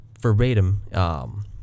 verbatim